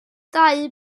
ddau